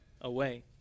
away